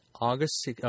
August